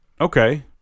okay